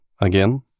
Again